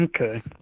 Okay